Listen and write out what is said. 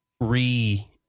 re